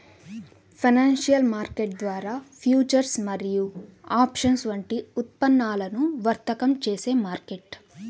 financial market ద్వారా futures మరియు options వంటి ఉత్పన్నాలను వర్తకం చేసే మార్కెట్